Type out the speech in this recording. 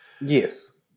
yes